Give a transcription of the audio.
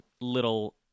little